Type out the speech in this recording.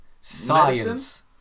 Science